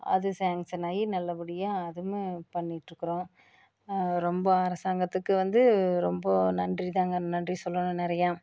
அது சேங்க்ஷன் ஆகி நல்லபடியாக அதுவும் பண்ணிட்டுருக்குறோம் ரொம்ப அரசாங்கத்துக்கு வந்து ரொம்ப நன்றி தாங்க நன்றி சொல்லணும் நிறையா